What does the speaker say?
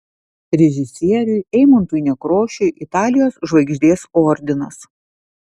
režisieriui eimuntui nekrošiui italijos žvaigždės ordinas